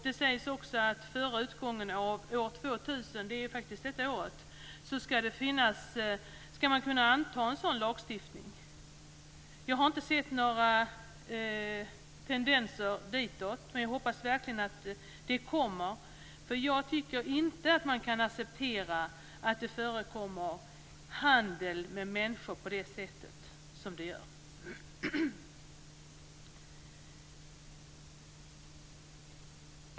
Det sägs också att man före utgången av år 2000 - det är faktiskt detta år - ska kunna anta en sådan lagstiftning. Jag har inte sett några tendenser ditåt, men jag hoppas verkligen att det kommer. Jag tycker nämligen inte att man kan acceptera att det förekommer handel med människor på det sätt som det gör.